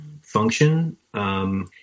function –